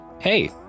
Hey